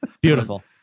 Beautiful